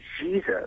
Jesus